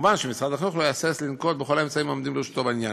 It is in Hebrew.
מובן שמשרד החינוך לא יהסס לנקוט את כל האמצעים העומדים לרשותו בעניין.